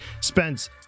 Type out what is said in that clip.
Spence